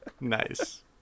Nice